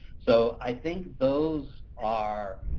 so, i think those are,